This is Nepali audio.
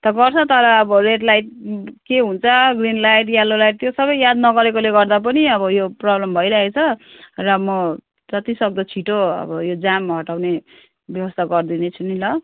त गर्छ तर अब रेड लाइट के हुन्छ ग्रिन लाइट यल्लो लाइट त्यो सबै याद नगरेकोले गर्दा पनि अब यो प्रब्लम भइरहेको छ र म जतिसक्दो छिटो अब यो जाम हटाउने व्यवस्था गरिदिदैँछु नि ल